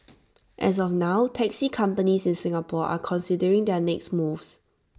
as of now taxi companies in Singapore are considering their next moves